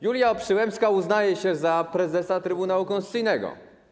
Julia Przyłębska uznaje się za prezesa Trybunału Konstytucyjnego.